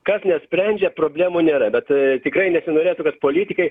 kas nesprendžia problemų nėra bet tikrai nesinorėtų kad politikai